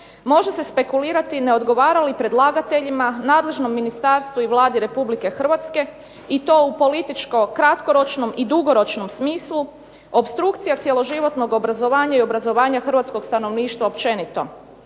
može se spekulirati ne odgovara li predlagateljima, nadležnom ministarstvu i Vladi Republike Hrvatske i to u političko kratkoročnom i dugoročnom smislu opstrukcija cjeloživotnog obrazovanja i obrazovanja hrvatskog stanovništva općenito.